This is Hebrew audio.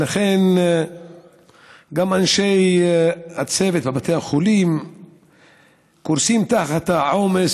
ולכן גם אנשי הצוות בבתי החולים קורסים תחת העומס